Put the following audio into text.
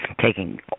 taking